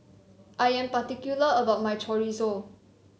I am particular about my chorizo